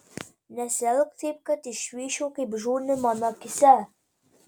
nesielk taip kad išvysčiau kaip žūni mano akyse